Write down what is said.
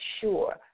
sure